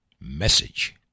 message